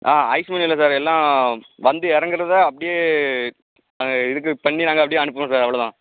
ஆ ice மீன் இல்லை sir எல்லாம் வந்து இறங்குறத அப்படியே இதுக்கு பண்ணி நாங்கள் அப்படியே அனுப்புகிறோம் சார் அவ்வளோ தான்